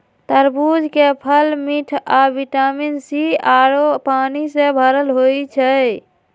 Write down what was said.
तरबूज के फल मिठ आ विटामिन सी आउरो पानी से भरल होई छई